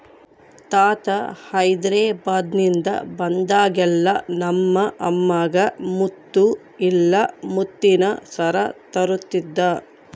ತಾತ ಹೈದೆರಾಬಾದ್ನಿಂದ ಬಂದಾಗೆಲ್ಲ ನಮ್ಮ ಅಮ್ಮಗ ಮುತ್ತು ಇಲ್ಲ ಮುತ್ತಿನ ಸರ ತರುತ್ತಿದ್ದ